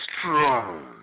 strong